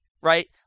right